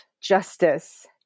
justice